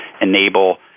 enable